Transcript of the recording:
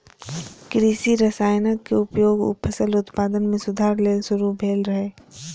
कृषि रसायनक उपयोग फसल उत्पादन मे सुधार लेल शुरू भेल रहै